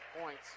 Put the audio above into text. points